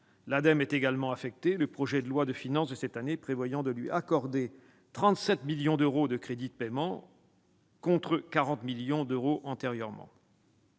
(Ademe) est également affectée, le projet de loi de finances pour 2020 prévoyant de lui accorder 37 millions d'euros en crédits de paiement, contre 40 millions d'euros antérieurement.